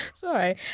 Sorry